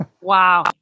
Wow